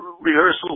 rehearsal